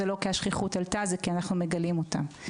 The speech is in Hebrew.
זה לא כי השכיחות עלתה, זה כי אנחנו מגלים אותם.